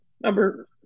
number